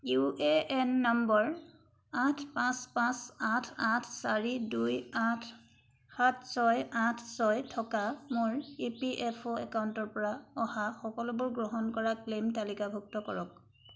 U A N নম্বৰ আঠ পাঁচ পাঁচ আঠ আঠ চাৰি দুই আঠ সাত ছয় আঠ ছয় থকা মোৰ ই পি এফ অ' একাউণ্টৰ পৰা অহা সকলোবোৰ গ্ৰহণ কৰা ক্লেইম তালিকাভুক্ত কৰক